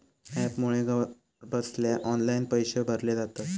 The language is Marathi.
ॲपमुळे घरबसल्या ऑनलाईन पैशे भरले जातत